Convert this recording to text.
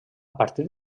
partir